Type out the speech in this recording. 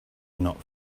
not